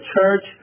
church